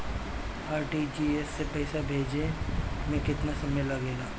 RTGS से पैसा भेजे में केतना समय लगे ला?